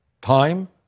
time